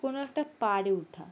কোনো একটা পাড়ে ওঠা